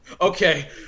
Okay